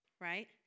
right